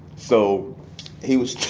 so he was